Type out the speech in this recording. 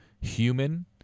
human